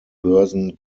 börsen